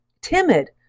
timid